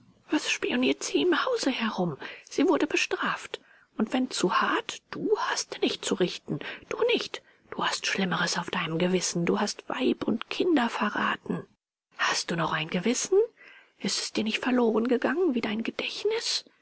was spionierte sie im hause herum sie wurde bestraft und wenn zu hart du hast nicht zu richten du nicht du hast schlimmeres auf deinem gewissen du hast weib und kinder verraten hast du noch ein gewissen ist es dir nicht verlorengegangen wie dein gedächtnis